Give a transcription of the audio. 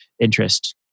interest